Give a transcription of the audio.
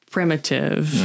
primitive